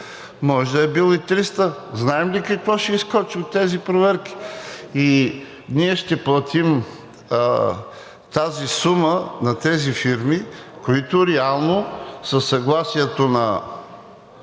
Може да е бил и 300? Знаем ли какво ще изскочи от тези проверки? И ние ще платим тази сума на тези фирми, които реално, със съгласието на